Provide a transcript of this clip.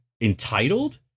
entitled